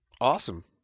Awesome